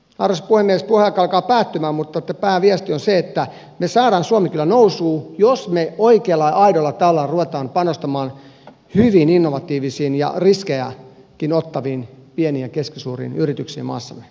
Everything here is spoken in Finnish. puheaika alkaa päättymään mutta pääviesti on se että me saamme suomen kyllä nousuun jos me oikealla ja aidolla tavalla rupeamme panostamaan hyviin innovatiivisiin ja riskejäkin ottaviin pieniin ja keskisuuriin yrityksiin maassamme